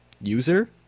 user